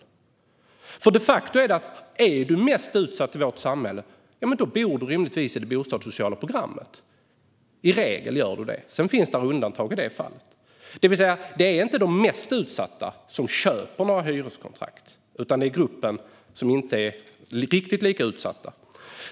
Tillhör du de mest utsatta i vårt samhälle bor du i regel, även om det finns undantag, i det bostadssociala programmet. Det är alltså inte de mest utsatta som köper några hyreskontrakt, utan det är gruppen som inte är riktigt lika utsatt.